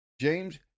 James